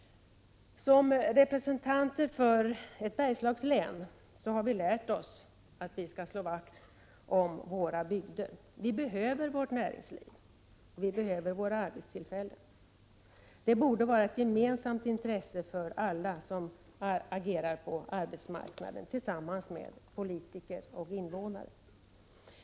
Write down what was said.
Som representanter för ett Bergslagslän har vi lärt oss att slå vakt om våra bygder. Vi behöver vårt näringsliv och vi behöver våra arbetstillfällen. Det borde vara ett gemensamt intresse för alla som agerar på arbetsmarknaden tillsammans med politiker och invånare.